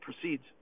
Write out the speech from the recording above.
proceeds